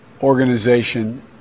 organization